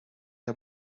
der